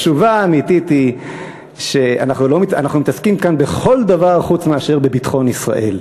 התשובה האמיתית היא שאנחנו מתעסקים כאן בכל דבר חוץ מאשר בביטחון ישראל,